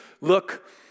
look